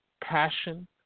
passion